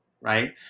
right